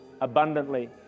abundantly